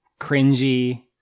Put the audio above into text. cringy